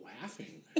laughing